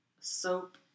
soap